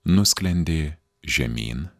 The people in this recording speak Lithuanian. nusklendė žemyn